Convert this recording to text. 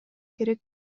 керек